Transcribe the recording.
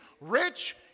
rich